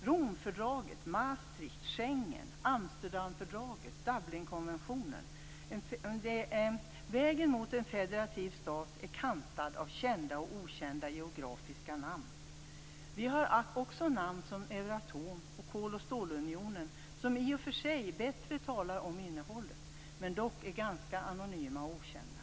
Romfördraget, Maastricht, Schengen, Amsterdamfördraget och Dublinkonventionen - vägen mot en federativ stat är kantad av kända och okända geografiska namn. Vi har också namn som Euratom och Kol och stålunionen, som i och för sig bättre talar om innehållet men som är ganska anonyma och okända.